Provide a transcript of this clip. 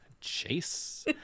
Chase